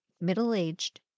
middle-aged